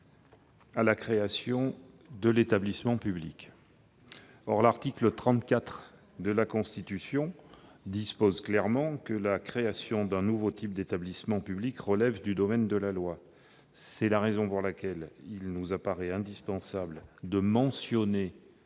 à la création de l'établissement public. Or l'article 34 de la constitution dispose clairement que la création d'un nouveau type d'établissement public relève du domaine de la loi. C'est la raison pour laquelle il nous paraît indispensable de mentionner